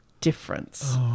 difference